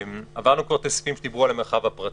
כבר עברנו את הסעיפים שדיברו על המרחב הפרטי.